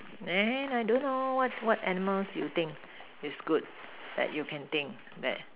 there I don't know what what animals do you think is good that you can think that